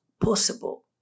possible